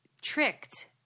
tricked